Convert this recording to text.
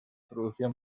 producción